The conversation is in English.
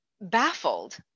baffled